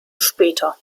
später